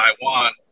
Taiwan